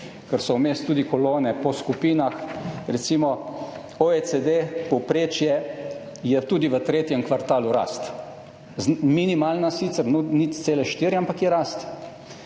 ker so vmes tudi kolone po skupinah. Recimo OECD, povprečje, je tudi v tretjem kvartalu rast. Sicer minimalna, 0,4, ampak je rast.